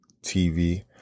TV